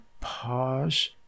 pause